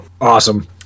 Awesome